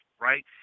right